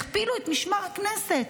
הכפילו את משמר הכנסת.